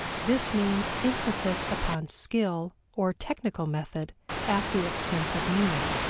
this means emphasis upon skill or technical method at the expense of meaning.